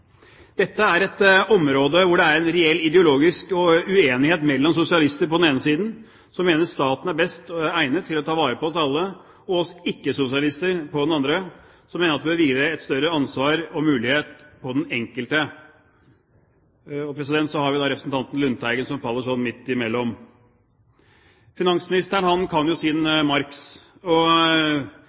Dette er et område hvor det er en reell ideologisk uenighet mellom sosialister på den ene siden, som mener staten er best egnet til å ta vare på oss alle, og oss ikke-sosialister på den andre, som mener at det bør hvile et større ansvar på den enkelte og at den enkelte gis mer mulighet. Så har vi representanten Lundteigen, som faller sånn midt imellom. Finansministeren kan jo sin Marx. Han snakket om arbeidskraften og